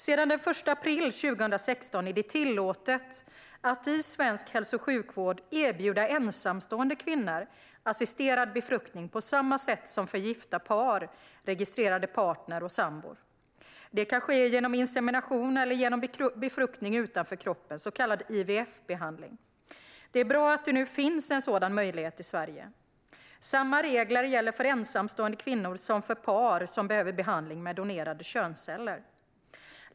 Sedan den 1 april 2016 är det tillåtet att i svensk hälso och sjukvård erbjuda ensamstående kvinnor assisterad befruktning på samma sätt som för gifta par, registrerade partner och sambor. Det kan ske genom insemination eller genom befruktning utanför kroppen, så kallad IVF-behandling. Det är bra att det nu finns en sådan möjlighet i Sverige. Samma regler gäller för ensamstående kvinnor som för par som behöver behandling med donerade könsceller.